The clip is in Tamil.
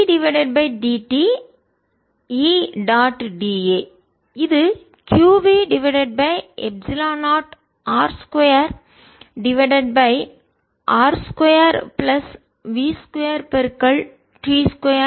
da இது q v divided by epsilon 0 R2 divided by R 2 plus v 2 t 2 32